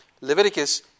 Leviticus